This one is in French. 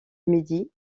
midi